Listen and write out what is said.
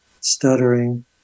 stuttering